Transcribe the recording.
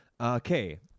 Okay